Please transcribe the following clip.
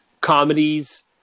comedies